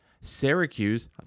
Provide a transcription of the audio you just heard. Syracuse